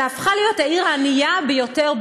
אלא הפכה להיות העיר הענייה ביותר,